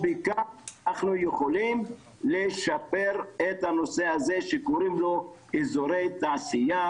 ובכך אנחנו יכולים לשפר את הנושא הזה שקוראים לו אזורי תעשייה,